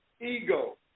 ego